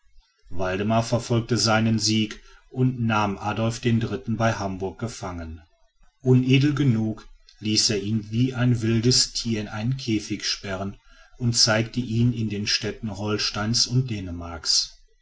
waldemar verfolgte seinen sieg und nahm adolf den dritten bei hamburg gefangen unedel genug ließ er ihn wie ein wildes tier in einen käfig sperren und zeigte ihn in den städten holsteins und dänemarks